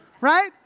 right